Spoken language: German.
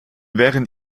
während